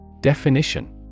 Definition